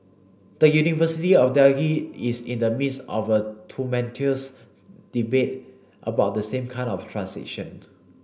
the University of Delhi is in the midst of a tumultuous debate about the same kind of transition